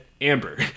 Amber